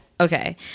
Okay